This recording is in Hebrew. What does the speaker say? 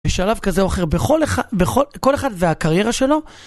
בשלב כזה או אחר, בכל אחד והקריירה שלו.